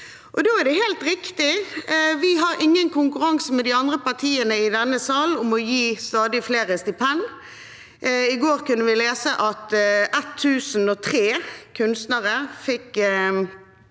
følgende helt riktig: Vi har ingen konkurranse med de andre partiene i denne sal om å gi stadig flere stipend. I går kunne vi lese at 1 003 kunstnere fikk